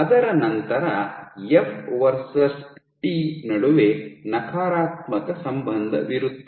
ಅದರ ನಂತರ F versus T ನಡುವೆ ನಕಾರಾತ್ಮಕ ಸಂಬಂಧವಿರುತ್ತದೆ